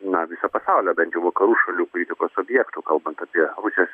na viso pasaulio bent jau vakarų šalių kritikos objektų kalbant apie rusijos